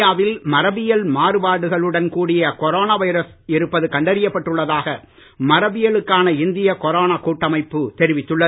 இந்தியாவில் மரபியல் மாறுபாடுகளுடன் கூடிய கொரோனா வைரஸ் இருப்பது கண்டறியப்பட்டுள்ளதாக மரபியலுக்கான இந்திய கொரோனா கூட்டமைப்பு தெரிவித்துள்ளது